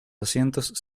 asientos